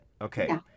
Okay